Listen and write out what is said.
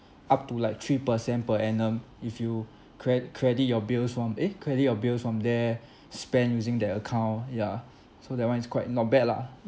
up to like three percent per annum if you cre~ credit your bills from eh credit your bills from there spend using that account yeah so that one is quite not bad lah